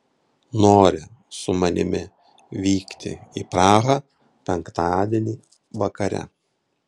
nori su manimi vykti į prahą penktadienį vakare